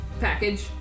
package